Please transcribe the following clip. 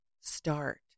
start